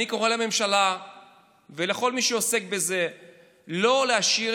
אני קורא לממשלה ולכל מי שעוסק בזה לא להשאיר